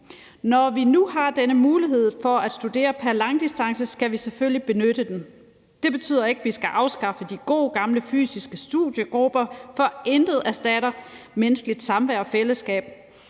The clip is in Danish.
Når vi nu har denne mulighed for at studere pr. langdistance, skal vi selvfølgelig benytte den. Det betyder ikke, at vi skal afskaffe de gode gamle fysiske studiegrupper, for intet erstatter menneskeligt samvær og fællesskab.